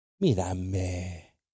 mírame